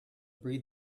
breed